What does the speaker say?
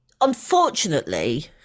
unfortunately